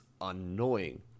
annoying